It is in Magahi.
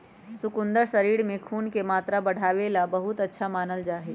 शकुन्दर शरीर में खून के मात्रा बढ़ावे ला बहुत अच्छा मानल जाहई